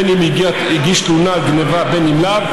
בין אם הגיש תלונה על גנבה בין אם לאו,